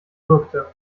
würgte